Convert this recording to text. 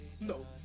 No